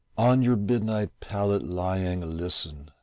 on your midnight pallet lying listen,